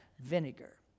vinegar